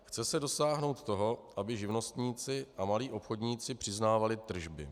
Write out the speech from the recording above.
Chce se dosáhnout toho, aby živnostníci a malí obchodníci přiznávali tržby.